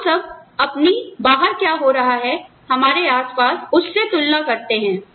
तो हम सब अपनी बाहर क्या हो रहा है हमारे आसपास उस से तुलना करते हैं